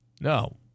no